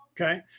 Okay